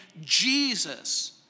Jesus